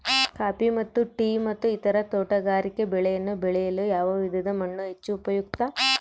Coffee ಮತ್ತು tea ಮತ್ತು ಇತರ ತೋಟಗಾರಿಕೆ ಬೆಳೆಗಳನ್ನು ಬೆಳೆಯಲು ಯಾವ ವಿಧದ ಮಣ್ಣು ಹೆಚ್ಚು ಉಪಯುಕ್ತ?